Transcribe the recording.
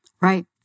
Right